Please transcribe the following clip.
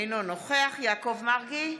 אינו נוכח יעקב מרגי,